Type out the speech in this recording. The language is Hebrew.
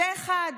זה אחד,